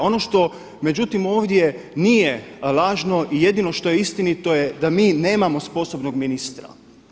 A ono što međutim ovdje nije lažno i jedino što je istinito je da mi nemamo sposobnog ministra.